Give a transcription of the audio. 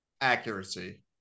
accuracy